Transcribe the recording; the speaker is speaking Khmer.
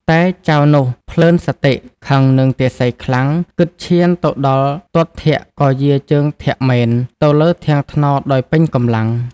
តែ...ចៅនោះភ្លើនសតិខឹងនឹងទាសីខ្លាំង គិតឈានទៅដល់ទាត់ធាក់ ក៏យារជើងធាក់មែន ទៅលើធាងត្នោតដោយពេញកម្លាំង។